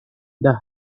the